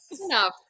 Enough